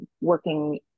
working